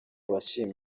washimye